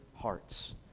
hearts